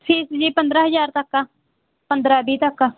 fees ਜੀ ਪੰਦਰਾਂ ਹਜ਼ਾਰ ਤੱਕ ਆ ਪੰਦਰਾਂ ਵੀਹ ਤੱਕ ਆ